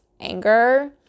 anger